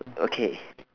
okay